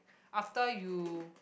after you